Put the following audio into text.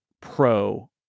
pro